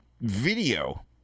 video